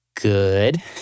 Good